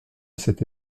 cette